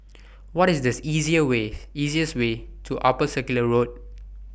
What IS The easier easiest Way to Upper Circular Road